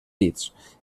dits